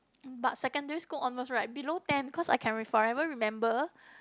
but secondary school onwards right below ten cause I can forever remember